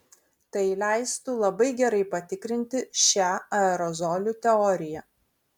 tai leistų labai gerai patikrinti šią aerozolių teoriją